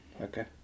Okay